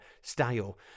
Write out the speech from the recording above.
style